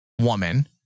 woman